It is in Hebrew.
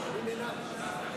אנחנו נעבור להצעת החוק הבאה,